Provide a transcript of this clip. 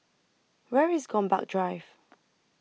Where IS Gombak Drive